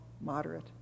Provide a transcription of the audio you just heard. moderate